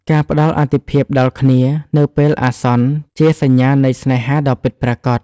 ការផ្តល់អាទិភាពដល់គ្នានៅពេលអាសន្នជាសញ្ញានៃស្នេហាដ៏ពិតប្រាកដ។